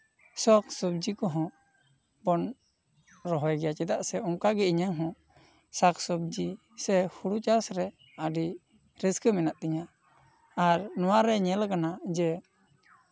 ᱥᱟᱠ ᱥᱚᱵᱡᱤ ᱠᱚᱦᱚᱸ ᱵᱚᱱ ᱨᱚᱦᱚᱭ ᱜᱮᱭᱟ ᱪᱮᱫᱟᱜ ᱥᱮ ᱚᱱᱠᱥᱟᱜᱮ ᱤᱧᱟᱜ ᱦᱚᱸ ᱥᱟᱠ ᱥᱚᱵᱡᱤ ᱥᱮ ᱦᱳᱲᱳ ᱪᱟᱥ ᱨᱮ ᱟᱹᱰᱤ ᱨᱟᱹᱥᱠᱟᱹ ᱢᱮᱱᱟᱜ ᱛᱤᱧᱟ ᱟᱨ ᱱᱚᱣᱟᱨᱮ ᱧᱮᱞ ᱠᱟᱱᱟ ᱡᱮ